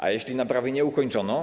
A jeśli naprawy nie ukończono?